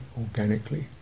organically